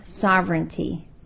sovereignty